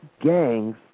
gangs